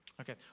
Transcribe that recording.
Okay